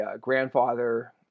grandfather